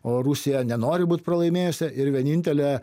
o rusija nenori būt pralaimėjusia ir vienintelė